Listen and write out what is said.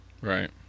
right